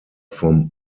vom